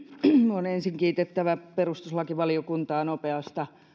on ensin kiitettävä perustuslakivaliokuntaa nopeasta